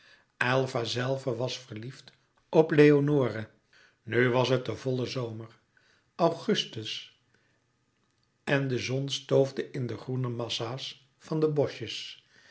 aylva zèlve was verliefd op leonore nu was het de volle zomer augustus en de zon stoofde in de groene massa's van de boschjes